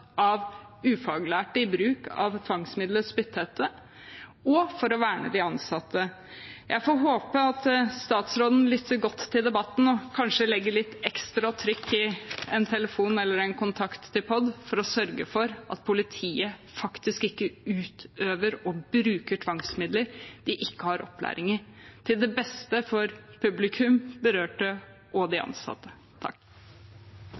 ufaglærte i bruk av tvangsmidler og spytthette, og for å verne de ansatte. Jeg får håpe at statsråden lytter godt til debatten og kanskje legger litt ekstra trykk i en telefon eller en kontakt til POD, Politidirektoratet, for å sørge for at politiet faktisk ikke bruker tvangsmidler de ikke har opplæring i, til det beste for publikum, berørte og de